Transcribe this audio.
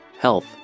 health